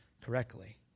correctly